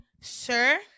Sir